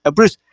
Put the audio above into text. ah bruce,